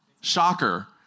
Shocker